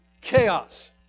chaos